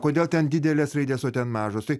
kodėl ten didelės raidės o ten mažos tai